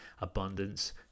abundance